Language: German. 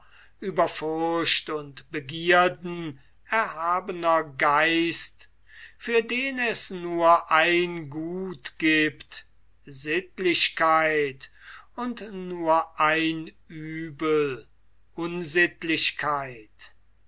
über furcht und begierden erhabener geist für den es nur ein gut gibt sittlichkeit und nur ein uebel unsittlichkeit